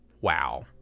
wow